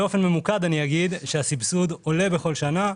באופן ממוקד אני אגיד שהסבסוד עולה בכל שנה.